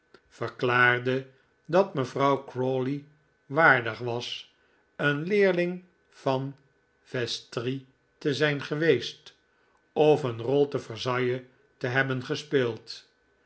verklaarde dat mevrouw crawley waardig was een leerling van vestris te zijn geweest of een rol te versailles te hebben gespeeld